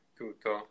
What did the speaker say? tutto